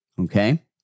Okay